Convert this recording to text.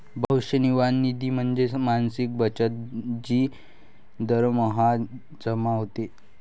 भविष्य निर्वाह निधी म्हणजे मासिक बचत जी दरमहा जमा होते